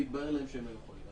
והתברר להם שהם היו חולים.